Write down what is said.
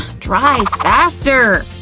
dry faster!